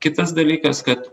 kitas dalykas kad